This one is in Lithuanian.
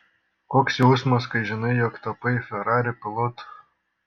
koks jausmas kai žinai jog tapai ferrari pilotu